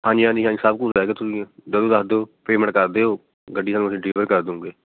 ਹਾਂਜੀ ਹਾਂਜੀ ਹਾਂਜੀ ਸਭ ਕੁਛ ਹੈਗਾ ਤੁਸੀਂ ਮੈਨੂੰ ਦੱਸ ਦਿਓ ਪੈਮੇਂਟ ਕਰ ਦਿਓ ਗੱਡੀ ਤੁਹਾਨੂੰ ਡਿਲੀਵਰ ਕਰ ਦੂੰਗੇ